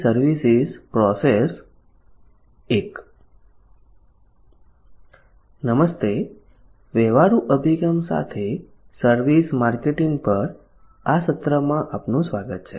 વ્યવહારુ અભિગમ સાથે સર્વિસ માર્કેટિંગ પર આ સત્રમાં આપનું સ્વાગત છે